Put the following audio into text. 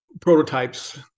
prototypes